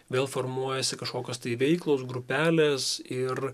vėl formuojasi kažkokios veiklos grupelės ir